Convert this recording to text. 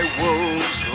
wolves